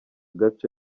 gace